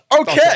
Okay